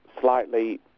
slightly